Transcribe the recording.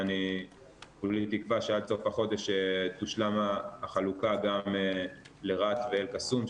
ואני כולי תקווה שעד סוף החודש תושלם החלוקה גם לרהט ואל קסום,